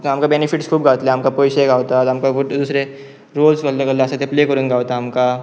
आमकां बेनफिट् खूब गावले आमकां पयशे गावतात आमकां दुसरे रोल्स कल्ले कल्ले आसा ते प्ले करून गावता आमकां